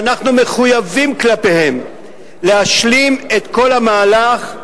שאנחנו מחויבים כלפיהם להשלים את כל המהלך,